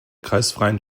kreisfreien